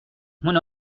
mon